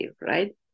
right